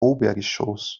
obergeschoss